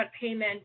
payment